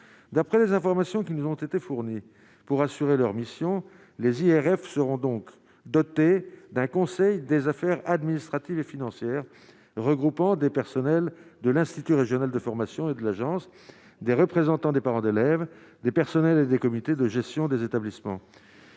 d'après les informations qui nous ont été fournis pour assurer leur mission les IRF seront donc doté d'un conseil des affaires administratives et financières regroupant des personnels de l'institut régional de formation et de l'agence des représentants des parents d'élèves et des personnels et des comités de gestion des établissements